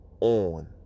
on